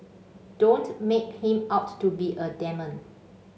don't make him out to be a demon